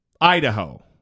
Idaho